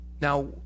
Now